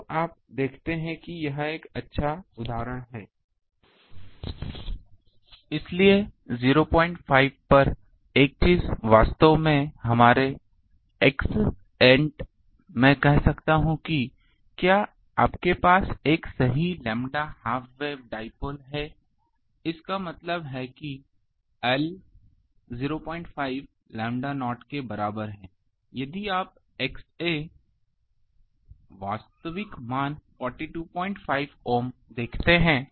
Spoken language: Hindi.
तो आप देखते हैं कि यह एक अच्छा उदाहरण है इसलिए 05 पर एक चीज वास्तव में हमारे Xant मैं कह सकता हूं कि क्या आपके पास एक सही लैंबडा हाफ वेव डाइपोल है इसका मतलब है कि L 05 लैम्ब्डा नॉट के बराबर है यदि आप XA वास्तविक मान 425 ओम देखते हैं